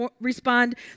respond